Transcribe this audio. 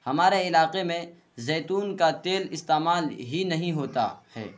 ہمارے علاقے میں زیتون کا تیل استعمال ہی نہیں ہوتا ہے